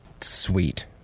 sweet